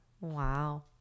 Wow